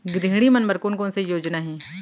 गृहिणी मन बर कोन कोन से योजना हे?